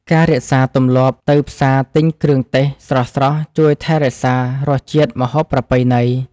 ការរក្សាទម្លាប់ទៅផ្សារទិញគ្រឿងទេសស្រស់ៗជួយថែរក្សារសជាតិម្ហូបប្រពៃណី។